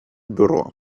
бюро